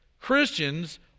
Christians